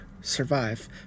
survive